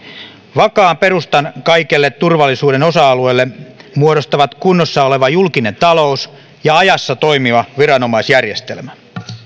vakaan perustan kaikille turvallisuuden osa alueille muodostavat kunnossa oleva julkinen talous ja ajassa toimiva viranomaisjärjestelmä